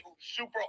super